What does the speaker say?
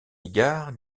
égard